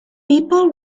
people